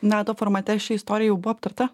nato formate ši istorija jau buvo aptarta